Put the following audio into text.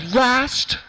last